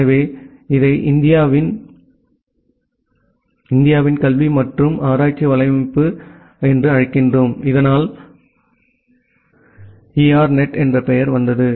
எனவே நாங்கள் இதை இந்தியாவின் கல்வி மற்றும் ஆராய்ச்சி வலையமைப்பு என்று அழைக்கிறோம் இதனால் ERNET என்ற பெயர் வந்தது